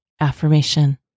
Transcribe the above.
AFFIRMATION